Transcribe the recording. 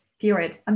period